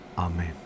Amen